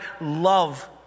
love